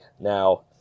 now